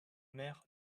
mère